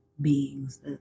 beings